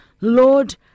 Lord